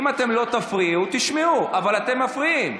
אם אתם לא תפריעו, תשמעו, אבל אתם מפריעים.